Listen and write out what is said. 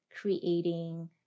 creating